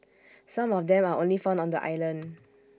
some of them are only found on the island